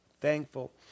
thankful